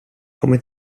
come